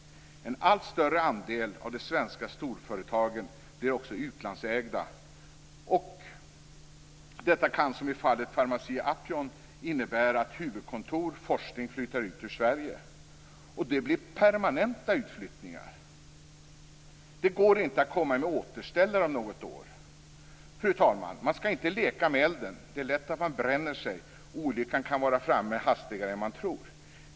En allt större andel av de svenska storföretagen blir också utlandsägda. Detta kan, som i fallet Pharmacia & Upjohn, innebära att huvudkontor och forskning flyttar ut från Sverige. Det blir permanenta utflyttningar. Det går inte att komma med någon återställare om något år. Fru talman! Man skall inte leka med elden. Det är lätt att man bränner sig. Olyckan kan vara framme hastigare än vad man tror.